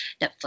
netflix